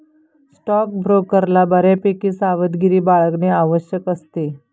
स्टॉकब्रोकरला बऱ्यापैकी सावधगिरी बाळगणे आवश्यक असते